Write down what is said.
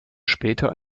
später